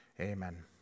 Amen